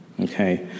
okay